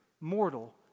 mortal